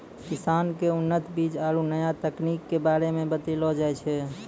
किसान क उन्नत बीज आरु नया तकनीक कॅ बारे मे बतैलो जाय छै